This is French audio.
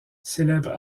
célèbre